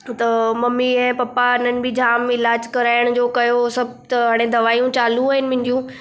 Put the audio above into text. त ममी ऐं पप्पा इन्हनि बि जामु इलाजु कराइण जो कयो सभु त हाणे दवाऊं चालू आहिनि मुंहिंजियूं